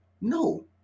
no